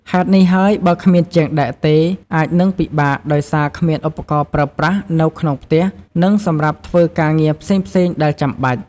ហេតុនេះហើយ បើគ្មានជាងដែកទេ អាចនឹងពិបាកដោយសារគ្មានឧបករណ៍ប្រើប្រាស់នៅក្នុងផ្ទះ និងសម្រាប់ធ្វើការងារផ្សេងៗដែលចាំបាច់។